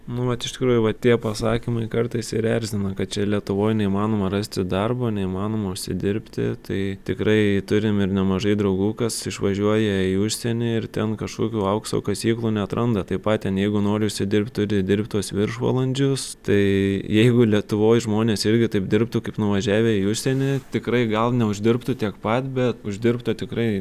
nu vat iš tikrųjų va tie pasakymai kartais ir erzina kad čia lietuvoj neįmanoma rasti darbo neįmanoma užsidirbti tai tikrai turim ir nemažai draugų kas išvažiuoja į užsienį ir ten kažkokių aukso kasyklų neatranda taip pat ten jeigu nori užsidirbt turi dirbt tuos viršvalandžius tai jeigu lietuvoj žmonės irgi taip dirbtų kaip nuvažiavę į užsienį tikrai gal neuždirbtų tiek pat bet uždirbtų tikrai